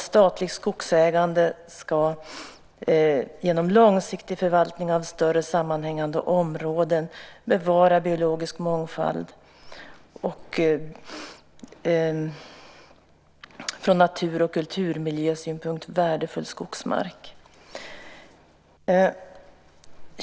Statligt skogsägande ska genom långsiktig förvaltning av större sammanhängande områden bevara biologisk mångfald och från natur och kulturmiljösynpunkt värdefull skogsmark.